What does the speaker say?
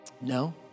No